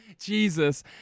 Jesus